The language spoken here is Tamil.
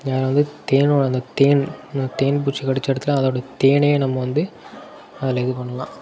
யாராவது தேனோடய அந்த தேன் அந்த தேன் பூச்சி கடித்த இடத்துல அதோடய தேனையே நம்ம வந்து அதில் இது பண்ணலாம்